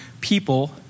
people